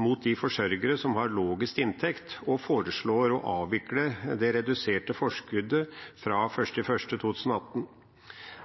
mot de forsørgere som har lavest inntekt og foreslår å avvikle det reduserte forskuddet fra 1. januar 2018.